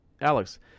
Alex